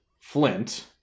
Flint